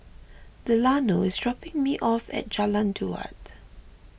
Delano is dropping me off at Jalan Daud